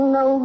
no